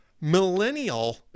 millennial